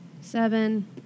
seven